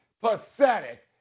pathetic